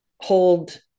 hold